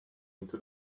into